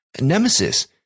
nemesis